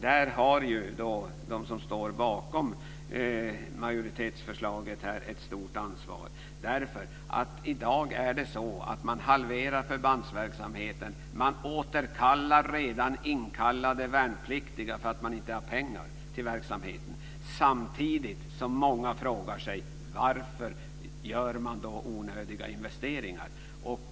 Där har de som står bakom majoritetsförslaget ett stort ansvar. I dag är det nämligen så att man halverar förbandsverksamheten och återkallar redan inkallade värnpliktiga därför att man inte har pengar till verksamheten; detta samtidigt som många frågar sig: Varför gör man då onödiga investeringar?